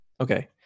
Okay